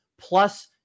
plus